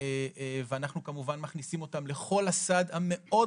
ואנחנו מכניסים אותם לכל הסעד המאוד